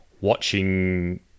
watching